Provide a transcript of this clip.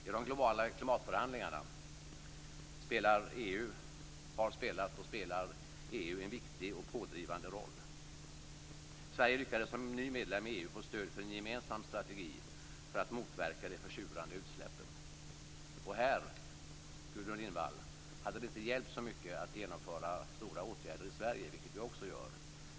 I de globala klimatförhandlingarna har EU spelat och spelar en viktig och pådrivande roll. Sverige lyckades som ny medlem i EU få stöd för en gemensam strategi för att motverka de försurande utsläppen. Här, Gudrun Lindvall, hade det inte hjälpt så mycket att genomföra genomgripande åtgärder i Sverige, vilket vi också gör.